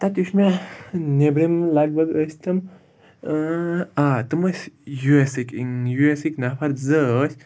تَتہِ وٕچھ مےٚ نیٚبرِم لَگ بگ ٲسۍ تِم آ تِم ٲسۍ یوٗ ایس اے یِکۍ یوٗ ایس اے یِکۍ نَفَر زٕ ٲسۍ